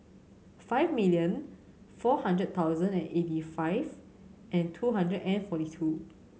five million four hundred thousand and eighty five and two hundred and forty two